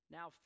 Now